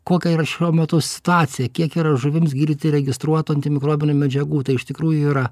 kokia yra šiuo metu situacija kiek yra žuvims gydyti registruotų antimikrobinių medžiagų tai iš tikrųjų yra